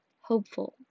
Hopeful